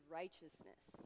righteousness